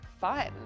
fun